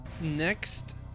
Next